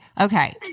okay